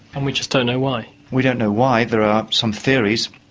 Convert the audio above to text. and we just don't know why? we don't know why. there are some theories.